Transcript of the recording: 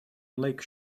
lake